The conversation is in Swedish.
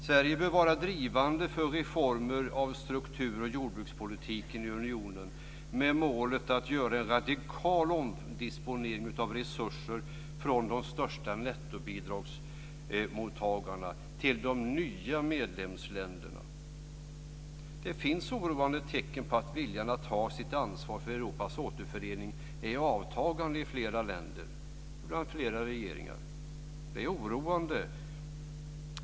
Sverige bör vara drivande för reformer av struktur och jordbrukspolitiken i unionen med målet att göra en radikal omdisponering av resurser från de största nettobidragsmottagarna till de nya medlemsländerna. Det finns oroande tecken på att viljan att ta sitt ansvar för Europas återförening är i avtagande i flera länder och bland flera regeringar. Det är oroande.